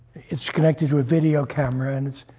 it's connected to a video camera, and it's